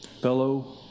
fellow